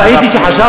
טעיתי כי חשבתי,